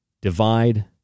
divide